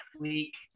week